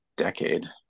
decade